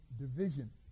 division